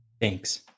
Thanks